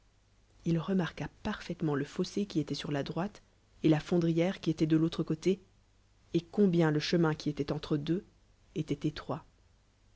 il remarqua parfaitement le fossé qni étoit sur la droile et la fondrière qui étoit de l'autre celte et combien le chemin qui éloil ectre deux étoit étroit